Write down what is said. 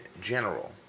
general